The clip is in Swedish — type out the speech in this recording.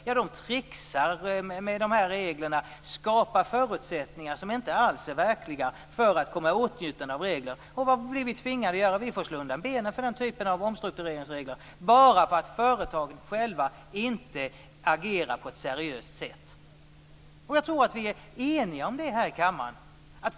Jo, företagen tricksar med reglerna och skapar förutsättningar som inte alls är verkliga för att komma i åtnjutande av regler. Vad blir vi tvingade att göra? Vi får slå undan benen för den typen av omstruktureringsregler bara för att företagen själva inte agerar på ett seriöst sätt. Jag tror att vi är eniga här i kammaren.